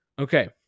Okay